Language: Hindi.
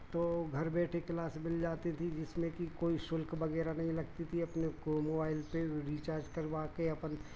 तो घर बैठे क्लास मिल जाती थी जिसमें कि कोई शुल्क वगैरह नहीं लगती थी अपने को मोबाइल पे रिचार्ज़ करवा के अपन